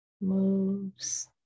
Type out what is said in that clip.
moves